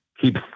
keep